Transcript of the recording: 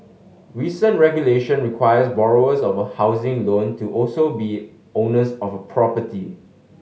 recent regulation requires borrowers of a housing loan to also be owners of a property